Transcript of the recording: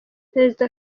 perezida